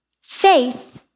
Faith